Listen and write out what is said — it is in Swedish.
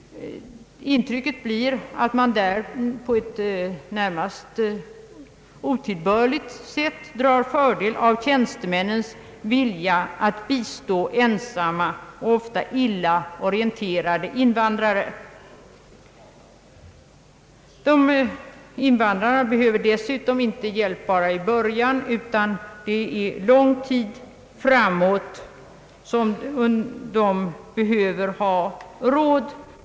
Intrycket blir att man där på ett närmast otillbörligt sätt drar fördel av tjänstemännens vilja att bistå ensamma och ofta illa orienterade invandrare. Invandrarna behöver dessutom hjälp inte bara i början, under lång tid framåt behöver de råd.